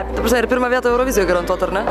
ta prasme ir pirma vieta eurovizijoj garantuota ar ne